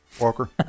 Walker